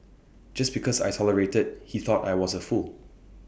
just because I tolerated he thought I was A fool